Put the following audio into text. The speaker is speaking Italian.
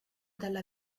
dalla